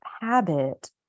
habit